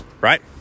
right